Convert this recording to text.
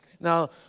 Now